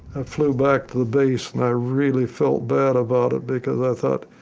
flew back to the base, and i really felt bad about it. because i thought.